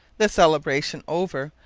the celebration over,